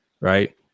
right